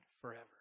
forever